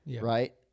right